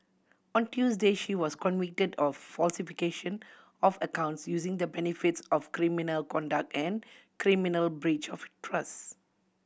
on Tuesday she was convicted of falsification of accounts using the benefits of criminal conduct and criminal breach of trust